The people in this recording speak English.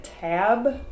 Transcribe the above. tab